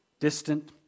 distant